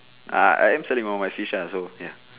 I I am selling all my fish ya so ya